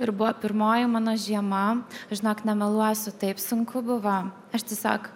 ir buvo pirmoji mano žiema žinok nemeluosiu taip sunku buvo aš tiesiog